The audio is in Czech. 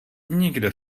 nikdo